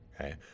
okay